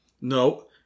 No